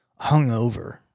hungover